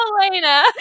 Helena